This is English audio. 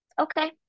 okay